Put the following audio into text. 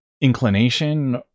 inclination